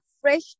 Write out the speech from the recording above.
fresh